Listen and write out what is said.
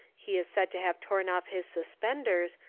he is said to have torn off his suspenders,